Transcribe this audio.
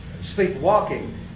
sleepwalking